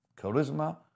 Charisma